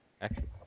Excellent